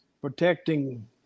protecting